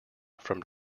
from